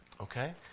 Okay